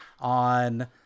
on